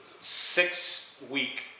six-week